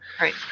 Right